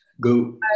Go